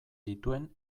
dituen